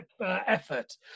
effort